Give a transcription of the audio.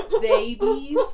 Babies